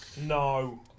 No